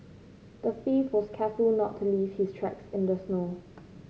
the thief was careful not to leave his tracks in the snow